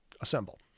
assemble